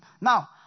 now